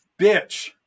bitch